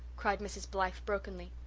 cried mrs. blythe brokenly.